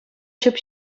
ҫӳп